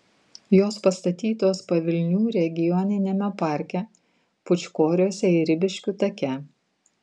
jos pastatytos pavilnių regioniniame parke pūčkoriuose ir ribiškių take